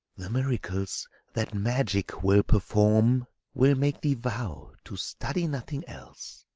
the miracles that magic will perform will make thee vow to study nothing else.